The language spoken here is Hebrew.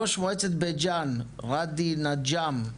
ראש מועצת בית ג'ן ראדי נג'ם.